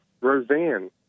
Roseanne